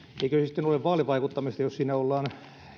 eikö se sitten ole vaalivaikuttamista jos siinä ollaan